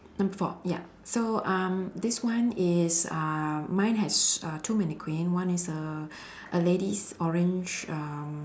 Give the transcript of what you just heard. number four ya so um this one is uh mine has uh two mannequin one is uh a lady's orange um